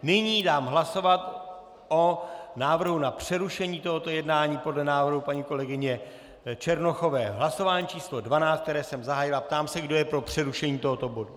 Nyní dám hlasovat o návrhu na přerušení tohoto jednání podle návrhu paní kolegyně Černochové v hlasování číslo 12, které jsem zahájil, a ptám se, kdo je pro přerušení tohoto bodu.